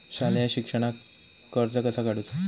शालेय शिक्षणाक कर्ज कसा काढूचा?